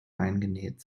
eingenäht